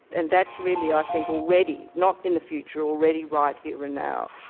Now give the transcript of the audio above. and that's really i think already, not in the future, already right here and now.